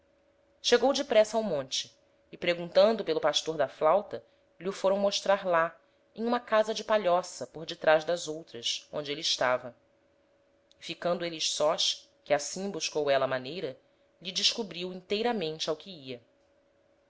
chegou depressa ao monte e preguntando pelo pastor da flauta lh'o foram mostrar lá em uma casa de palhoça por detraz das outras onde êle estava e ficando êles sós que assim buscou éla maneira lhe descobriu inteiramente ao que ia